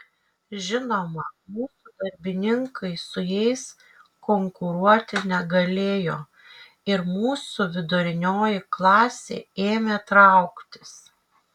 žinoma mūsų darbininkai su jais konkuruoti negalėjo ir mūsų vidurinioji klasė ėmė trauktis